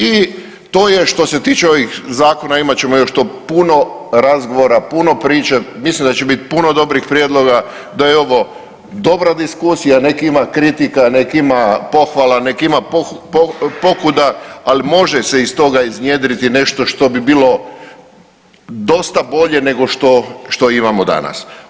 I to je što se tiče ovih zakona, imat ćemo još to puno razgovora, puno priče, mislim da će biti puno dobrih prijedloga, da je ovo dobra diskusija, nek ima kritika, nek ima pohvala, nek ima pokuda, ali može se iz toga iznjedriti nešto što bi bilo dosta bolje nego što imamo danas.